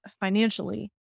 financially